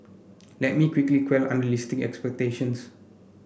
let me quickly quell unrealistic expectations